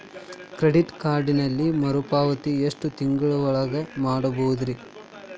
Credit ಕಾರ್ಡಿನಲ್ಲಿ ಮರುಪಾವತಿ ಎಷ್ಟು ತಿಂಗಳ ಒಳಗ ಮಾಡಬಹುದ್ರಿ?